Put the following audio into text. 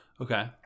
Okay